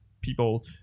people